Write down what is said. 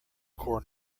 core